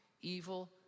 evil